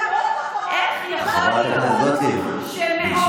אני לא אמרתי שאני חכמה.